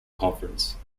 conference